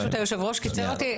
היושב-ראש פשוט קיצר אותי,